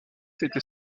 était